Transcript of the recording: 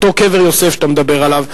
אותו קבר יוסף שאתה מדבר עליו,